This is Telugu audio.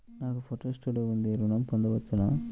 నాకు ఫోటో స్టూడియో ఉంది ఋణం పొంద వచ్చునా?